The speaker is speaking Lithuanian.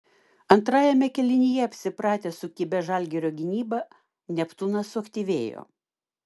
antrajame kėlinyje apsipratęs su kibia žalgirio gynyba neptūnas suaktyvėjo